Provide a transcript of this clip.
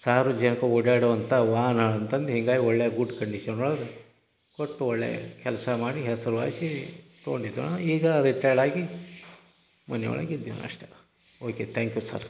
ಸಾರ್ವಜನಿಕ ಓಡಾಡುವಂಥ ವಾಹನಗಳ್ ಅಂತಂದು ಹಿಂಗಾಗಿ ಒಳ್ಳೆಯ ಗುಡ್ ಕಂಡೀಷನ್ ಒಳಗೆ ಕೊಟ್ಟು ಒಳ್ಳೆಯ ಕೆಲಸ ಮಾಡಿ ಹೆಸರುವಾಸಿ ತೊಗೊಂಡಿದ್ದು ಈಗ ರಿಟೈರ್ಡಾಗಿ ಮನೆಯೊಳಗ್ ಇದ್ದೀವಿ ಅಷ್ಟೇ ಓಕೆ ತ್ಯಾಂಕ್ ಯು ಸರ್